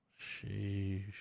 Sheesh